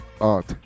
Art